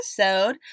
episode